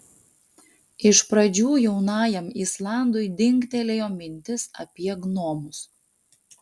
iš pradžių jaunajam islandui dingtelėjo mintis apie gnomus